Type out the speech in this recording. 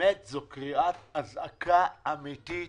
באמת זו קריאת אזעקה אמיתית